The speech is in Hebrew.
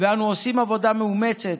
ואנו עושים עבודה מאומצת,